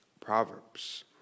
Proverbs